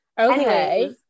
Okay